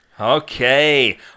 Okay